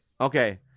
Okay